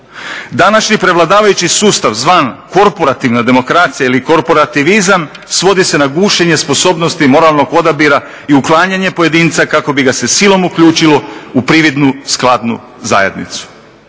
Današnji prevladavajući sustav zvan korporativna demokracija ili korporativizam svodi se na gušenje sposobnosti moralnog odabira i uklanjanje pojedinca kako bi ga se silom uključilo u prividnu skladnu zajednicu,